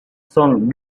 son